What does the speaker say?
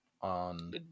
on